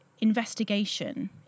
investigation